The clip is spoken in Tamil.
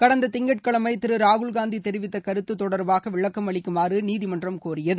கடந்த திங்கட்கிழமை திரு ராகுல் காந்தி தெரிவித்த கருத்து தொடர்பாக விளக்கும் அளிக்குமாறு நீதிமன்றம் கோரியது